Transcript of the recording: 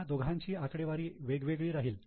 या दोघांची आकडेवारी वेगवेगळी राहील